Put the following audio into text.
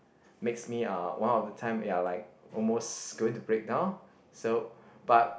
makes me uh one of the time ya like almost going to break down so but